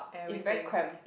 is very cram